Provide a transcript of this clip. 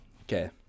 Okay